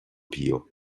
pio